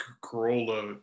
Corolla